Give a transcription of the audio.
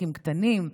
לעסקים קטנים,